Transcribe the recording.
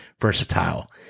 versatile